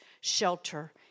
shelter